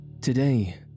Today